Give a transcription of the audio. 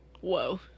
Whoa